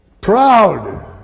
Proud